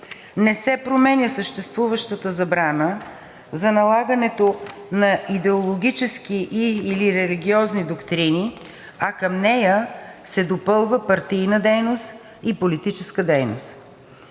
Не се променя съществуващата забрана за налагането на идеологически и/или религиозни доктрини, а към нея се допълва партийна дейност и политическа дейност.